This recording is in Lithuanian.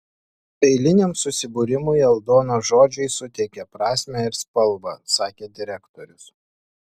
eiliniam susibūrimui aldonos žodžiai suteikia prasmę ir spalvą sakė direktorius